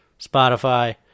Spotify